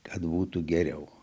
kad būtų geriau